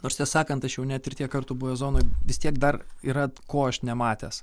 nors tiesą sakant aš jau net ir tiek kartų buvęs zonoj vis tiek dar yra ko aš nematęs